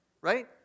right